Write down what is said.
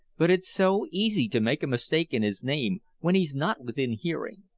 but it's so easy to make a mistake in his name when he's not within hearing.